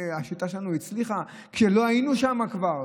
שהשיטה שלנו הצליחה, כשלא היינו שם כבר?